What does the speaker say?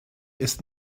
ist